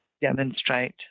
demonstrate